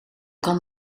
kan